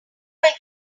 get